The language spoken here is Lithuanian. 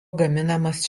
gaminamas